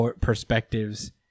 perspectives